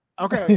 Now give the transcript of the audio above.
Okay